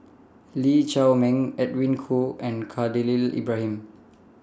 Lee Shao Meng Edwin Koo and Khalil Ibrahim